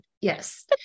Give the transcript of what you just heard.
Yes